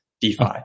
DeFi